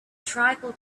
tribal